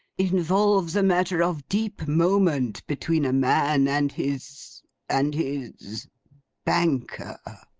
involves a matter of deep moment between a man and his and his banker